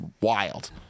wild